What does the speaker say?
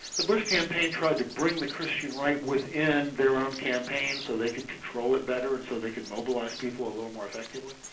the bush campaign tried to bring the christian right within their own campaign so they could control better and so they could mobilise people a little more effectively.